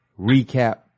recap